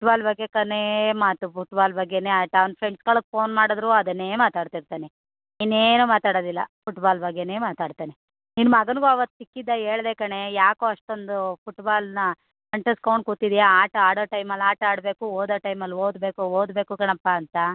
football ಬಗ್ಗೆ ಕನೇ ಮಾತು ಫುಟ್ಬಾಲ್ ಬಗ್ಗೆಯೇ ಆಟ ಅವ್ನ ಫ್ರೆಂಡ್ಸ್ಗಳಿಗೆ ಫೋನ್ ಮಾಡಿದ್ರೂ ಅದನ್ನೇ ಮಾತಾಡ್ತಿರ್ತಾನೆ ಇನ್ನೇನು ಮಾತಾಡೋದಿಲ್ಲ ಫುಟ್ಬಾಲ್ ಬಗ್ಗೆಯೇ ಮಾತಾಡ್ತಾನೆ ನಿನ್ನ ಮಗನಿಗೂ ಅವತ್ತು ಸಿಕ್ಕಿದ್ದ ಹೇಳ್ದೆ ಕಣೇ ಯಾಕೋ ಅಷ್ಟೊಂದು ಫುಟ್ಬಾಲನ್ನ ಅಂಟಸ್ಕೊಂಡು ಕೂತಿದ್ದೀಯ ಆಟ ಆಡೋ ಟೈಮಲ್ಲಿ ಆಟ ಆಡಬೇಕು ಓದೋ ಟೈಮಲ್ಲಿ ಓದಬೇಕು ಓದಬೇಕು ಕಣಪ್ಪ ಅಂತ